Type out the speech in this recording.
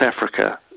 Africa